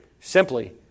Simply